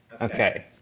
Okay